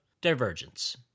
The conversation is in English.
divergence